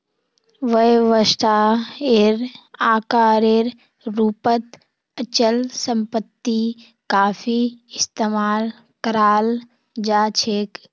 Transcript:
व्यवसायेर आकारेर रूपत अचल सम्पत्ति काफी इस्तमाल कराल जा छेक